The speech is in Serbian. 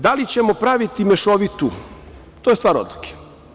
Da li ćemo praviti mešoviti, to je stvar odluke.